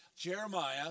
Jeremiah